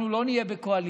אנחנו לא נהיה בקואליציה